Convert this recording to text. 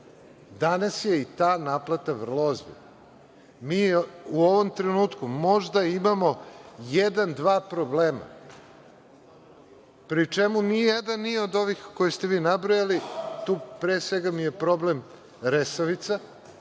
Danas je i ta naplata vrlo ozbiljna. Mi u ovom trenutku možda imamo jedan, dva problema, pri čemu nije nijedan od ovih koji ste vi nabrojali, tu pre svega mi je problem Resavica,